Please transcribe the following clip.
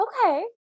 Okay